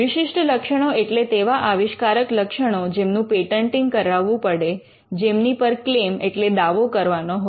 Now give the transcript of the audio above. વિશિષ્ટ લક્ષણો એટલે તેવા આવિષ્કારક લક્ષણો જેમનું પેટન્ટિંગ કરાવવું પડે જેમની પર ક્લેમ એટલે દાવો કરવાનો હોય